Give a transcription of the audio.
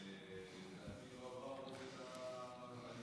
לדעתי זה לא עבר את ההליכים,